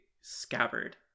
scabbard